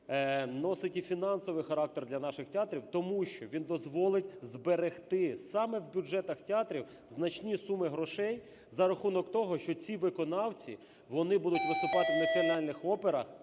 носить і фінансовий характер для наших театрів. Тому що він дозволить зберегти саме в бюджетах театрів значні суми грошей за рахунок того, що ці виконавці, вони будуть виступати в національних операх